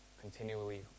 continually